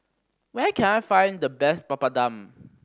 where can I find the best Papadum